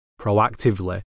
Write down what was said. proactively